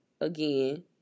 again